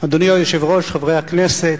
אדוני היושב-ראש, חברי הכנסת,